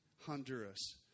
Honduras